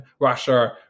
Russia